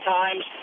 times –